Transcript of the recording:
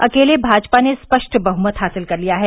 अकेले भाजपा ने स्पष्ट बहुमत हासिल कर लिया है